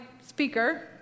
speaker